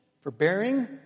forbearing